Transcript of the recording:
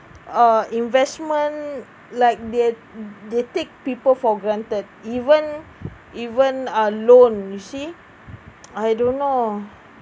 uh investment like that they take people for granted even even uh loan you see I don't know